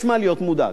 יש מה להיות מודאג.